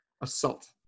Assault